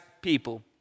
people